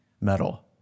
metal